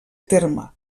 terme